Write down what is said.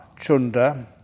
Chunda